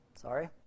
sorry